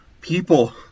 people